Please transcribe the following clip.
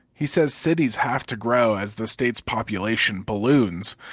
he said cities have to grow as the state's population balloons,